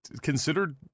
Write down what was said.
considered